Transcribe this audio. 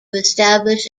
establish